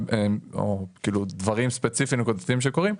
או דברים ספציפיים נקודתיים שקורים,